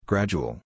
Gradual